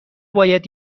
باید